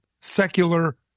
secular